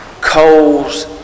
coals